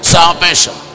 Salvation